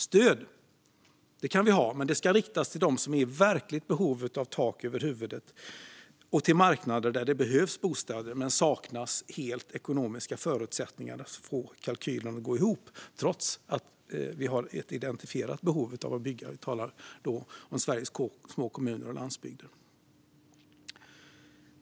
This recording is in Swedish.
Stöd kan vi ha, men det ska riktas till dem som är i verkligt behov av tak över huvudet och till marknader där det behövs bostäder men helt saknas ekonomiska förutsättningar att få kalkylen att gå ihop, trots att vi har ett identifierat behov av att bygga. Vi talar då om Sveriges små kommuner och landsbygder.